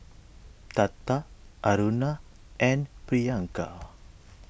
Tata Aruna and Priyanka